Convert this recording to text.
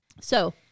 So-